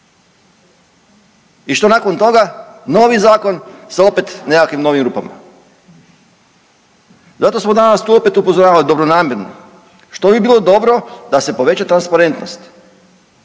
I što nakon toga? Novi zakon sa opet nekakvim novim rupama? Zato smo danas tu opet upozoravali dobronamjerno što bi bilo dobro da se poveća transparentnost.